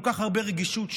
כל כך הרבה רגישות,